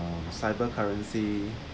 cyber currency